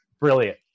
brilliant